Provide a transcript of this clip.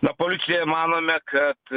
na policija manome kad